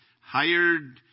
hired